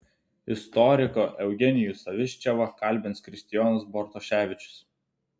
istoriką eugenijų saviščevą kalbins kristijonas bartoševičius